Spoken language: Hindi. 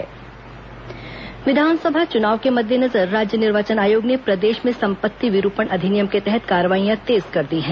निर्वाचन आयोग कार्रवाई विधानसभा चुनाव के मद्देनजर राज्य निर्वाचन आयोग ने प्रदेश में संपत्ति विरूपण अधिनियम के तहत कार्रवाईयां तेज कर दी है